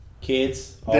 kids